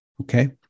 Okay